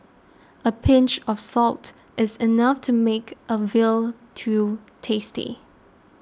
a pinch of salt is enough to make a veal till tasty